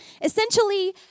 Essentially